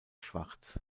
schwarz